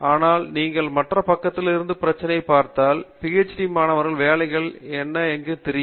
ஆனால் நீங்கள் மற்ற பக்கத்தில் இருந்து பிரச்சனை பார்த்தால் PhD மாணவர்கள் வேலைகள் எங்கே என தெரியும்